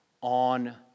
on